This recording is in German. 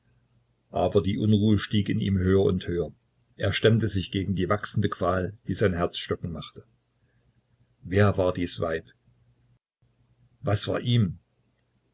aber die unruhe stieg in ihm höher und höher er stemmte sich gegen die wachsende qual die sein herz stocken machte wer war dies weib was war ihm